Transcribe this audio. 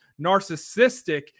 narcissistic